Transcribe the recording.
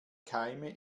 keime